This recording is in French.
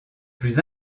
plus